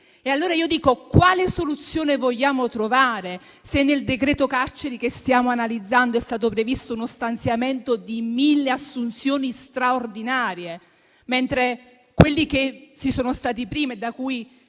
allora: quale soluzione vogliamo trovare, se nel decreto carceri che stiamo analizzando è stato previsto uno stanziamento di mille assunzioni straordinarie, mentre quelli che ci sono stati prima, da cui